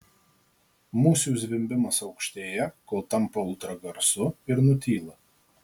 musių zvimbimas aukštėja kol tampa ultragarsu ir nutyla